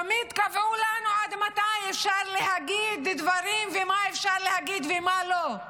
תמיד קבעו לנו עד מתי אפשר להגיד ומה אפשר להגיד ומה לא.